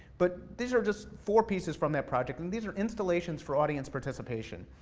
but these are just four pieces from that project, and these are installations for audience participation.